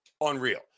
unreal